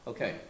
Okay